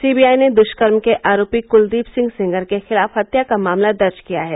CBI ने दृष्कर्म के आरोपी क्लदीप सिंह सेंगर के खिलाफ हत्या का मामला दर्ज किया है